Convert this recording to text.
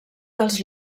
dels